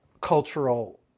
cultural